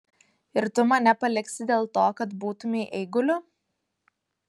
ir tu mane paliksi dėl to kad būtumei eiguliu